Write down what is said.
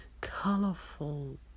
colorful